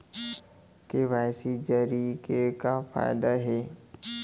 KYC जरिए के का फायदा हे?